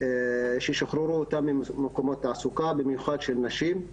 ששחררו אותם ממקומות תעסוקה, במיוחד של נשים.